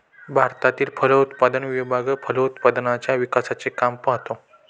भारतातील फलोत्पादन विभाग फलोत्पादनाच्या विकासाचे काम पाहतो